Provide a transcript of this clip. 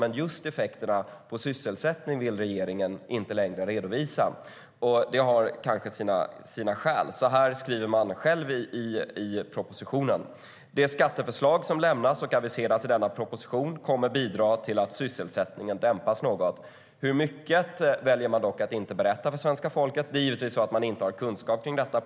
Men just effekterna på sysselsättningen vill regeringen inte längre redovisa. Detta har kanske sina skäl. Så här skriver man själv i propositionen: "De skatteförslag som lämnas och aviseras i denna proposition kommer att bidra till att sysselsättningen . dämpas något." Hur mycket den dämpas väljer man dock att inte berätta för svenska folket. Det är givetvis inte så att man saknar kunskap om detta.